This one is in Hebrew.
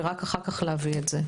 ורק אחר כך להביא את זה.